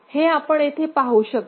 तर हे आपण येथे पाहू शकता